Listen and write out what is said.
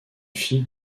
fille